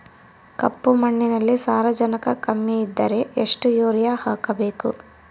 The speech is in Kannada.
ಕಪ್ಪು ಮಣ್ಣಿನಲ್ಲಿ ಸಾರಜನಕ ಕಮ್ಮಿ ಇದ್ದರೆ ಎಷ್ಟು ಯೂರಿಯಾ ಹಾಕಬೇಕು?